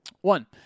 One